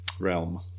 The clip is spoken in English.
realm